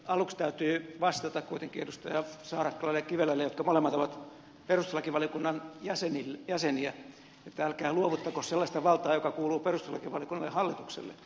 aluksi täytyy vastata kuitenkin edustaja saarakkalalle ja edustaja kivelälle jotka molemmat ovat perustuslakivaliokunnan jäseniä että älkää luovuttako sellaista valtaa joka kuuluu perustuslakivaliokunnalle hallitukselle